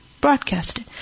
broadcasted